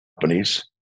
companies